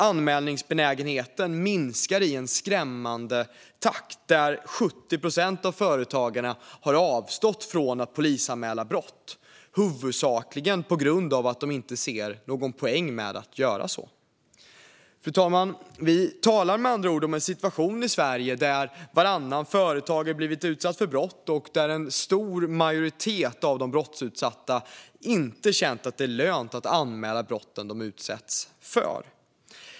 Anmälningsbenägenheten minskar också i skrämmande takt, och 70 procent av företagarna har avstått från att polisanmäla brott, huvudsakligen för att de inte ser någon poäng med att anmäla. Fru talman! Vi talar med andra ord om en situation i Sverige där varannan företagare blivit utsatt för brott och där en stor majoritet av de brottsutsatta känt att det inte är lönt att anmäla brott de utsatts för.